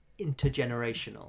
intergenerational